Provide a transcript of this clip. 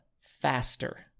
faster